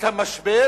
את המשבר